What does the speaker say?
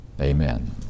Amen